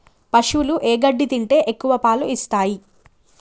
పశువులు ఏ గడ్డి తింటే ఎక్కువ పాలు ఇస్తాయి?